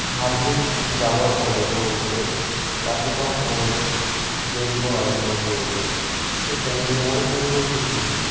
আৰ্মীত যাবৰ বাবে তেওঁলোকে ৰাতিপুৱা সময়ো দৌৰিব আৰম্ভ কৰিলে ঠিক তেনেকৈ মই তেওঁলোকক দেখি